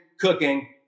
cooking